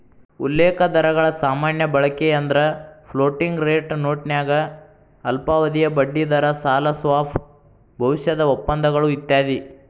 ಉಲ್ಲೇಖ ದರಗಳ ಸಾಮಾನ್ಯ ಬಳಕೆಯೆಂದ್ರ ಫ್ಲೋಟಿಂಗ್ ರೇಟ್ ನೋಟನ್ಯಾಗ ಅಲ್ಪಾವಧಿಯ ಬಡ್ಡಿದರ ಸಾಲ ಸ್ವಾಪ್ ಭವಿಷ್ಯದ ಒಪ್ಪಂದಗಳು ಇತ್ಯಾದಿ